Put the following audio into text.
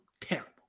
terrible